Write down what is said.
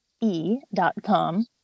E.com